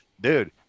dude